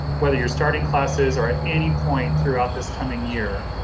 whether you're starting classes are at any point throughout this coming year,